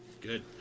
Good